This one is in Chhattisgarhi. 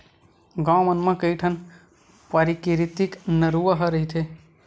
गाँव मन म कइठन पराकिरितिक नरूवा ह रहिथे